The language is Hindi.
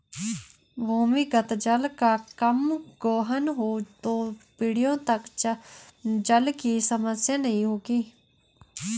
भूमिगत जल का कम गोहन हो तो पीढ़ियों तक जल की समस्या नहीं होगी